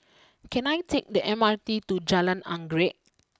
can I take the M R T to Jalan Anggerek